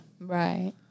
Right